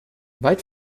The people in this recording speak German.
weit